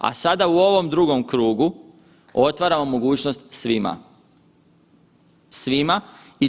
A sada u ovom drugom krugu otvaramo mogućnost svima, svima.